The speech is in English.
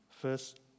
first